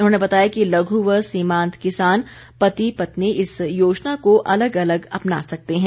उन्होंने बताया कि लघ् व सीमांत किसान पति पत्नी इस योजना को अलग अलग अपना सकते हैं